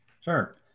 Sure